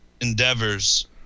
endeavors